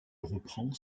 reprends